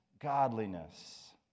godliness